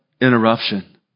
interruption